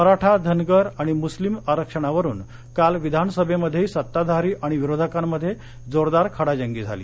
मराठा धनगर आणि मुस्लिम आरक्षणावरून काल विधानसभेमध्येही सत्ताधारी आणि विरोधकांमध्ये जोरदार खडाजंगी झाली